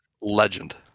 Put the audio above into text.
Legend